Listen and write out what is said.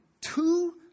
two